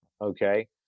okay